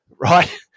right